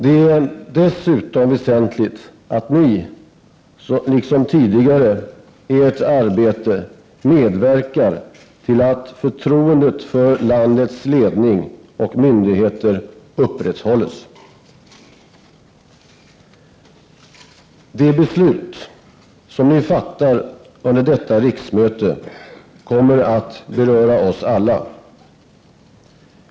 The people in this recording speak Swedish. Det är dessutom väsentligt att Ni, liksom tidigare, i Edert arbete medverkar till att förtroendet för landets ledning och myndigheter upprätthålles. De beslut som Ni fattar under detta riksmöte kommer att beröra oss alla.